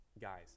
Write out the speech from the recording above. Guys